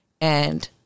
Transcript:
and-